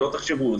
שלא תחשבו.